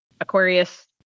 Aquarius